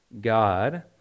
God